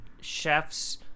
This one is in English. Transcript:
chefs